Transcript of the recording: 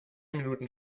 minuten